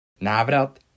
Návrat